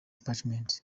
apartment